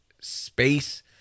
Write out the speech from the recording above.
space